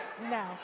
No